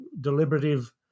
deliberative